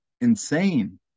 insane